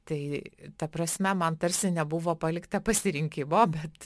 tai ta prasme man tarsi nebuvo palikta pasirinkimo bet